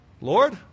Lord